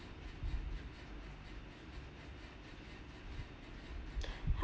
how